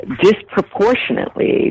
disproportionately